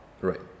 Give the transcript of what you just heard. Right